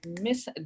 Miss